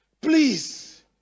please